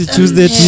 Tuesday